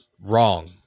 wrong